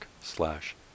slash